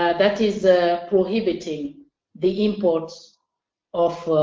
ah that is prohibiting the import of